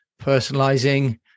personalizing